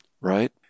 right